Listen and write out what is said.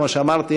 כמו שאמרתי,